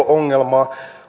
ongelmaa